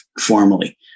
formally